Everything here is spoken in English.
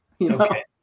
Okay